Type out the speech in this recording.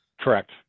Correct